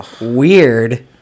weird